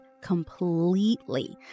completely